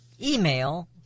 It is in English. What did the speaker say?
email